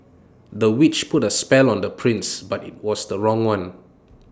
the witch put A spell on the prince but IT was the wrong one